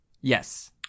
Yes